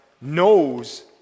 knows